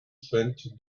twenty